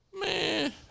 Man